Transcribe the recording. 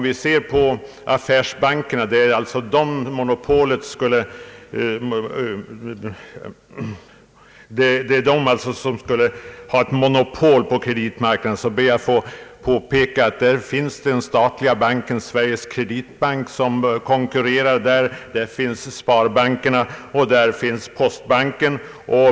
Jag vill påpeka att när det gäller affärsbankerna — som enligt herr Palm skulle ha monopol på kreditmarknaden — finns som konkurrenter till den statliga banken, Sveriges kreditbank, sparbankerna och postbanken.